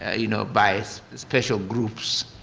ah you know, by special groups,